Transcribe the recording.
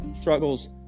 struggles